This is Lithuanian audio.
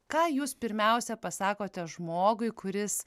ką jūs pirmiausia pasakote žmogui kuris